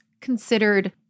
considered